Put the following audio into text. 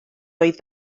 oedd